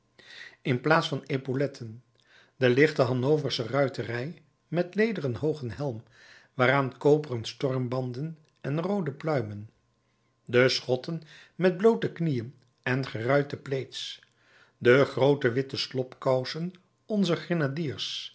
in plaats van epauletten de lichte hanoversche ruiterij met lederen hoogen helm waaraan koperen stormbanden en roode pluimen de schotten met bloote knieën en geruite plaids de groote witte slobkousen onzer